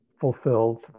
fulfilled